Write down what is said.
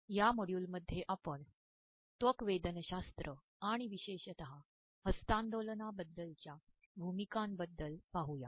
या मॉड्यूलमध्ये आपण त्वकवेदनशास्त्र आणण प्रवशेषत हस्त्तांदोलनाबद्दलच्या भूममकांबद्दल पाहूया